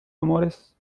amores